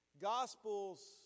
Gospels